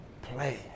Play